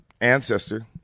ancestor